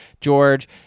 George